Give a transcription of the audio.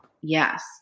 Yes